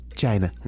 China